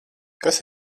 kas